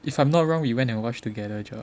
if I'm not wrong we went and watch together Joel